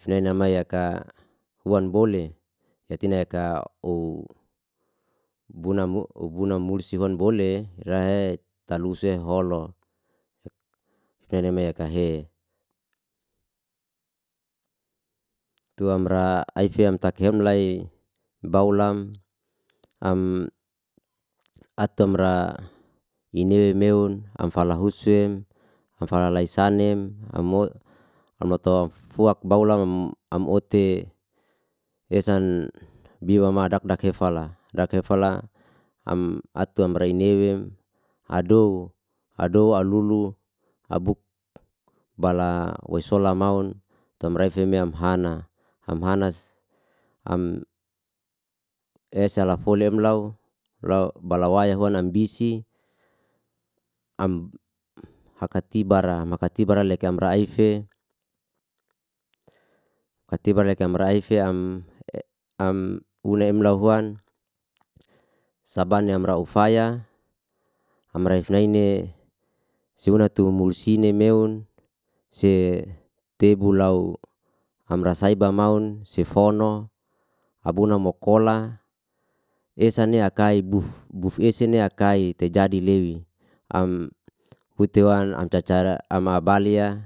Hifnai na ma yaka, huan bole yatina yaka ubuna mulsiwan bole ira he talus'e holo hifnai na ma yaka he. Tu amra aife am ta kem lai baulam am atum ra inwe meun am fala husem, am fala laisanem am lotok fuak baulam am ote esan biwama dakdak hefala, dak hefala am atu am rai newem, ado alulu abuk bala waisola maun tum refime am hana. Am hanas esa lafolem lau bala waya huan ambisi am hakatiba ra, makatiba ra am laife am une emlau huan saban'i raum faya am raif naine siwuna tu mulsi ne meun se tebu lau amra saiba maun sifono abuna mokola esa ni akai buf, buf ese ne akai te jadi lewi am hutewan am carcare ama abalya